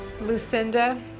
Lucinda